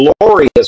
glorious